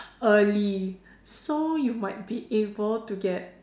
early so you might be able to get